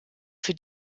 für